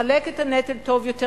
לחלק את הנטל טוב יותר,